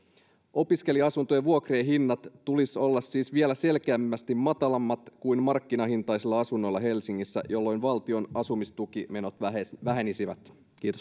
opiskelija asuntojen vuokrien hintojen tulisi siis olla vielä selkeästi matalammat kuin markkinahintaisilla asunnoilla helsingissä jolloin valtion asumistukimenot vähenisivät vähenisivät